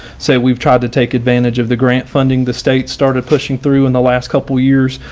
so we've tried to take advantage of the grant funding the state started pushing through in the last couple years.